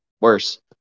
worse